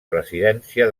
presidència